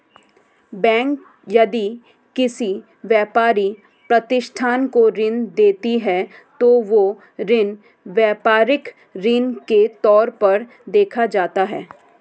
bank यदि किसी व्यापारिक प्रतिष्ठान को ऋण देती है तो वह ऋण व्यापारिक ऋण के तौर पर देखा जाता है